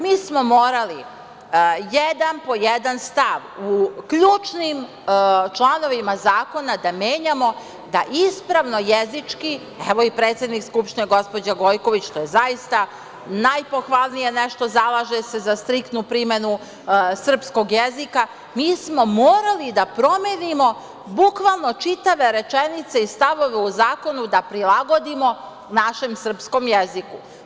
Mi smo morali jedan po jedan stav u ključnim članovima zakonima da menjamo, da ispravno jezički, evo, i predsednik Skupštine gospođa Gojković, što je zaista najpohvalnije nešto, zalaže se za striktnu primenu srpskog jezika, mi smo morali da promenimo bukvalno čitave rečenice i stavove u zakonu, da prilagodimo našem srpskom jeziku.